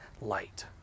light